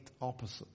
opposite